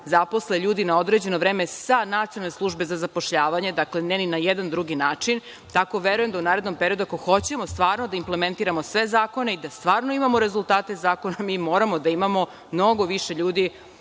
zaposle ljudi na određeno vreme sa Nacionalne službe za zapošljavanje, dakle, ne ni na jedan drugi način, tako verujem da u narednom periodu, ako hoćemo stvarno da implementiramo sve zakone i da stvarno imamo rezultate zakona, mi moramo da imamo mnogo više ljudi